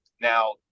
Now